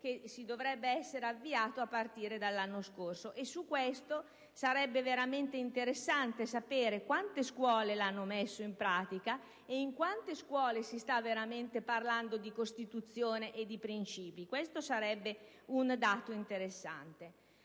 che dovrebbe essersi avviato a partire dall'anno scorso. Sarebbe davvero interessante sapere quante scuole hanno messo in pratica quel programma e in quante scuole si sta veramente parlando di Costituzione e di principi. Questo sarebbe un dato interessante.